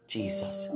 Jesus